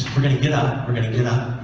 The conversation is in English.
we're gonna get up we're gonna get up